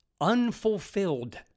Unfulfilled